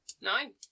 Nine